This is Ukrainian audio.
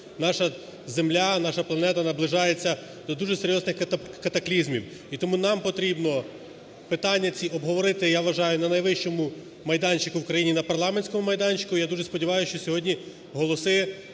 Наша земля, наша планета наближається до дуже серйозних катаклізмів. І тому нам потрібно ці питання обговорити, я вважаю, на найвищому майданчику країни – на парламентському майданчику. Я дуже сподіваюсь, що сьогодні голоси